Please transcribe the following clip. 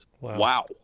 wow